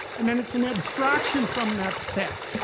and then it's an abstraction from that set.